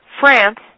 France